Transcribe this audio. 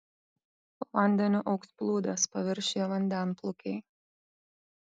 po vandeniu augs plūdės paviršiuje vandenplūkiai